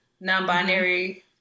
non-binary